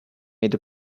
made